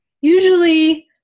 usually